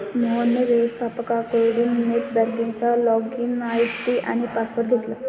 मोहनने व्यवस्थपकाकडून नेट बँकिंगचा लॉगइन आय.डी आणि पासवर्ड घेतला